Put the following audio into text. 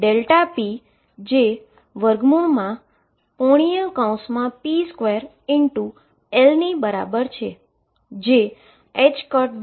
તેથી Δp જે ⟨p2⟩L ની બરાબર છે